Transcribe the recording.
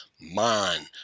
Man